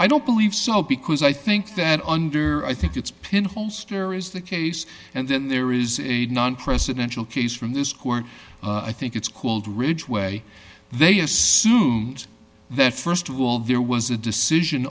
i don't believe so because i think that under i think it's pinhole stair is the case and then there is a non presidential case from this court i think it's called ridgway they assume that st of all there was a decision